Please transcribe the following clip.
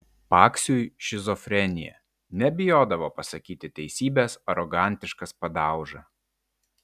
paksiui šizofrenija nebijodavo pasakyti teisybės arogantiškas padauža